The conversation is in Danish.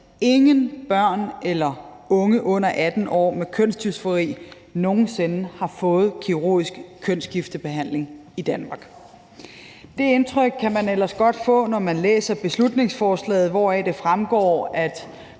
at ingen børn eller unge under 18 år med kønsdysfori nogen sinde har fået kirurgisk kønsskiftebehandling i Danmark. Det indtryk kan man ellers godt få, når man læser beslutningsforslaget, hvoraf det fremgår, at